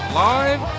live